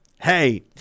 hey